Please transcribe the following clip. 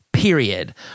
Period